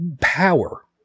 power